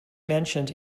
mentioned